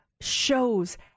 shows